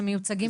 שמיוצגים פה,